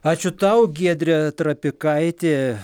ačiū tau giedrė trapikaitė